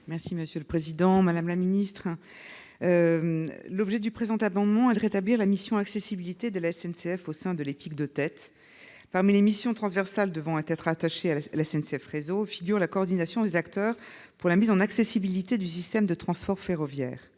: La parole est à Mme Laure Darcos. Cet amendement vise à rétablir la mission « accessibilité » de la SNCF au sein de l'EPIC de tête. Parmi les missions transversales devant être rattachées à SNCF Réseau figure la coordination des acteurs pour la mise en accessibilité du système de transport ferroviaire.